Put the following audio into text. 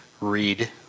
read